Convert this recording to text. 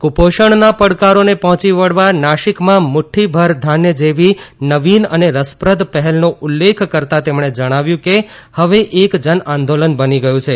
કુપોષણના પડકારોને પહોંચી વળવા નાખિકમાં મુટ્ટીબર ધાન્ય જેવી નવીન અને રસપ્રદ પહેલનો ઉલ્લેખ કરતા તેમમે જણાવ્યું કે હવે એક જન આંદોલન બની ગયું છે